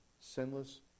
sinless